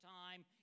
time